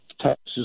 taxes